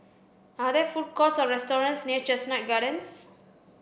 are there food courts or restaurants near Chestnut Gardens